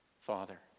Father